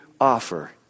offer